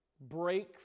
break